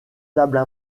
tables